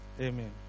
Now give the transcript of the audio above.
Amen